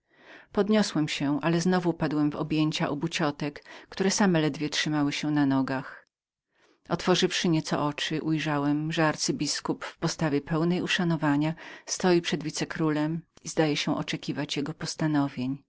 podniosłem się ale znowu padłem w objęcia obu ciotek które same ledwie mogły utrzymać się tak dalece były wzruszone otworzywszy nieco oczy ujrzałem że arcybiskup w postawie pełnej uszanowania stał przed wicekrólem i zdawał się oczekiwać na jego